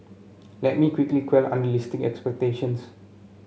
let me quickly quell unrealistic expectations